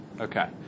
Okay